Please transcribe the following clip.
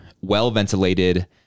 well-ventilated